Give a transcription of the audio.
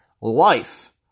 life